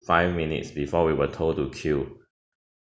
five minutes before we were told to queue